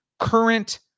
current